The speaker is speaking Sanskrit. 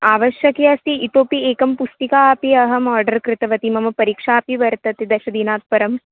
आवश्यकी अस्ति इतोपि एकं पुस्तिका अपि अहम् आर्डर् कृतवती मम परीक्षापि वर्तते दशदिनात् परम्